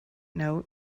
note